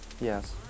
Yes